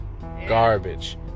Garbage